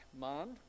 man